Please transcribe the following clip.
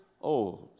old